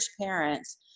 parents